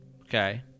Okay